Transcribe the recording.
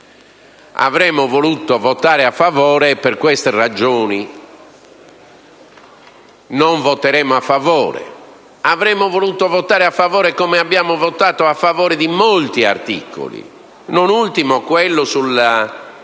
Avremmo voluto votare a favore, ma per queste ragioni non lo faremo. Avremmo voluto votare a favore, come abbiamo votato a favore di molti articoli, non ultimo quello sui